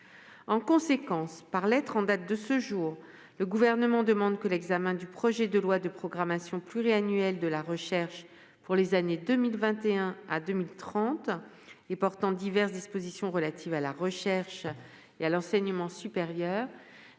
En conséquence, par lettre en date de ce jour, le Gouvernement demande que l'examen du projet de loi de programmation pluriannuelle de la recherche pour les années 2021 à 2030 et portant diverses dispositions relatives à la recherche et à l'enseignement supérieur